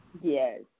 Yes